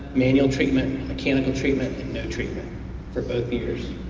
manual treatment, mechanical treatment, and no treatment for both years.